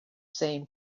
same